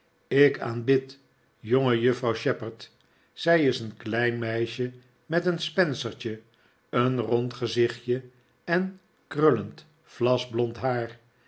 ik aanbid jongejuffrouw shepherd zij is een klein meisje met een spencertje een rond gezichtje en krullend vlasblond haar